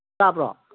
ꯇꯥꯕ꯭ꯔꯣ